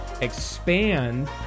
expand